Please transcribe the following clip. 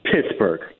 Pittsburgh